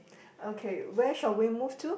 okay where shall we move to